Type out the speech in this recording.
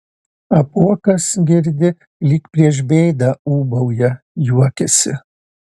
apuokas girdi lyg prieš bėdą ūbauja juokiasi